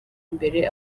imbere